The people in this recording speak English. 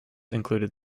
included